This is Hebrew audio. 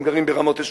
הם גרים ברמת-אשכול,